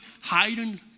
hiding